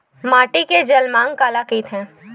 माटी के जलमांग काला कइथे?